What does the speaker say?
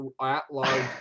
at-large